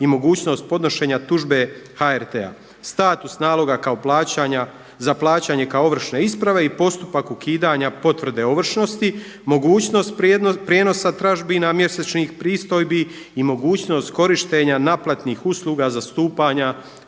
i mogućnost podnošenja tužbe HRT-a, status naloga kao plaćanja, za plaćanje kao ovršne isprave i postupak ukidanja potvrde ovršnosti, mogućnost prijenosa tražbina mjesečnih pristojbi i mogućnost korištenja naplatnih usluga zastupanja